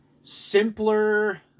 simpler